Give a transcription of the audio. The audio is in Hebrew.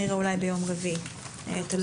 הישיבה ננעלה בשעה 13:15.